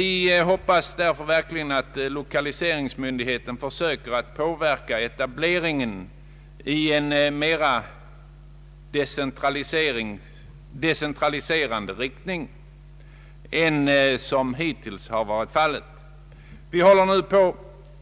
Jag hoppas verkligen att lokaliseringsmyndigheten = försöker påverka etableringen i en mera decentraliserande riktning än som hittills har varit fallet. Vi håller nu på